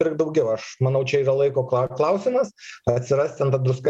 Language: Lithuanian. pirkt daugiau aš manau čia yra laiko kla klausimas atsiras ten ta druska